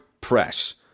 press